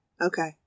okay